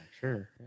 sure